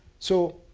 so